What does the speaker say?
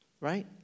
right